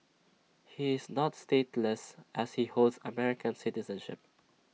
he is not stateless as he holds American citizenship